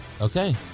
Okay